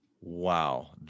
wow